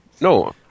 No